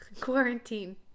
Quarantine